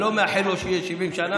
אני לא מאחל לו שזה יהיה 70 שנה.